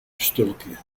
stulpje